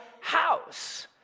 house